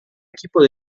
equipo